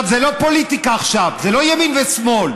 זה לא פוליטיקה עכשיו, זה לא ימין ושמאל.